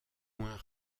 moins